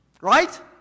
Right